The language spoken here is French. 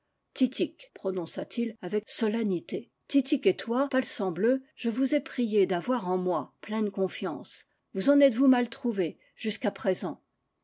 prononça-t-il avec solennité titik et toi palsambleu je vous ai priés d'avoir en moi pleine confiance vous en êtes-vous mal trouvés jusqu'à présent